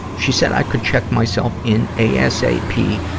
she said i could check myself in asap,